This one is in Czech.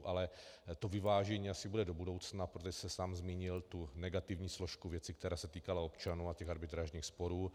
Ale to vyvážení asi bude do budoucna, protože jste sám zmínil tu negativní složku věci, která se týkala občanů a těch arbitrážních sporů.